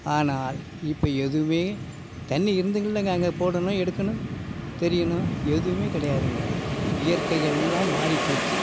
ஆனால் இப்போ எதுவுமே தண்ணி இருந்தும் இல்லைங்க நாங்கள் போடணும் எடுக்கணும் தெரியணும் எதுவுமே கிடையாதுங்க இயற்கையெல்லாம் மாறி போச்சு